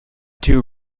two